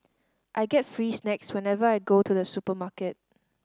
I get free snacks whenever I go to the supermarket